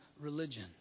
religion